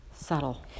subtle